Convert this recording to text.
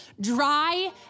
dry